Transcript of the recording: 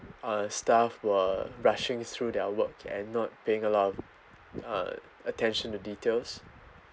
uh staff were rushing through their work and not paying a lot of uh attention to details